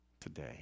today